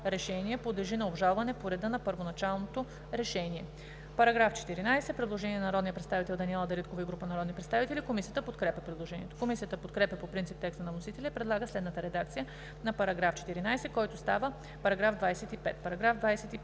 решение подлежи на обжалване по реда на първоначалното решение.“ Предложение на народния представител Даниела Дариткова и група народни представители. Комисията подкрепя предложението. Комисията подкрепя по принцип текста на вносителя и предлага следната редакция на § 14, който става § 25: „§ 25.